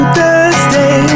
Thursday